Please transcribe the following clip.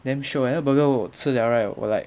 damn shiok eh 那个 burger 我吃 liao right 我 like